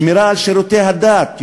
שמירה על שירותי הדת,